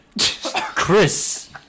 Chris